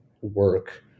work